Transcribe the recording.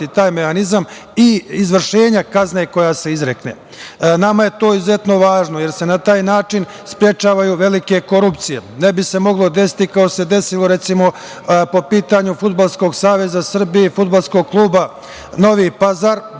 i izvršenje kazne koja se izrekne. Nama je to izuzetno važno, jer se na taj način sprečavaju velike korupcije. Ne bi se moglo desiti kao što se desilo, recimo, po pitanju Fudbalskog saveza Srbije i Fudbalskog kluba „Novi Pazar“